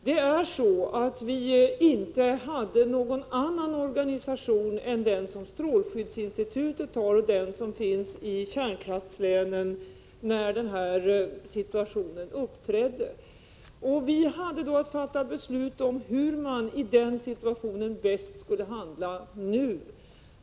Herr talman! Vi hade inte när situationen uppträdde någon annan organisation än den som strålskyddsinstitutet har och den som finns i kärnkraftslänen. Vi hade då att fatta belut om hur man i den situationen bäst skulle handla.